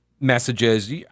Messages